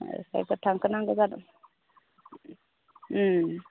गोथांखौ नांगौ जादों